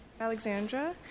Alexandra